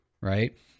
right